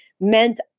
meant